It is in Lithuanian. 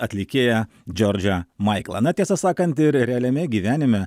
atlikėją džordžą maiklą na tiesą sakant ir realiame gyvenime